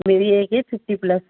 میری ایج ہے fifty plus